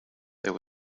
there